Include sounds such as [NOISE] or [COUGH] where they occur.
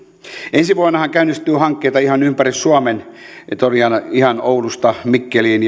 ensi vuonnahan käynnistyy hankkeita ihan ympäri suomen ihan oulusta mikkeliin [UNINTELLIGIBLE]